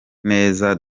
neza